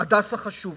"הדסה" חשוב,